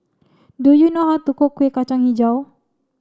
do you know how to cook Kueh Kacang Hijau